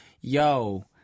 yo